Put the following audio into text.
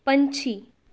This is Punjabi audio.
ਪੰਛੀ